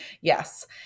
Yes